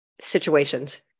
situations